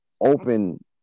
open